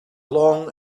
long